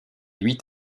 huit